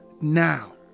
now